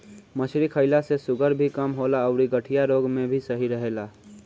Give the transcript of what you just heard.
मछरी खईला से शुगर भी कम होला अउरी गठिया रोग में भी सही रहेला